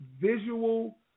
visual